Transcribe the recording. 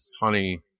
honey